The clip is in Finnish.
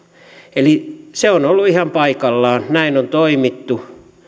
eli se on ollut ihan paikallaan näin on toimittu